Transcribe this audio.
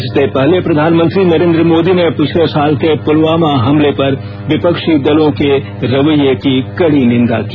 इससे पहले प्रधानमंत्री नरेंद्र मोदी ने पिछले साल के पुलवामा हमले पर विपक्षी दलों के रवैये की कडी निंदा की